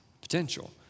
potential